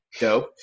dope